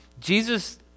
Jesus